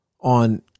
on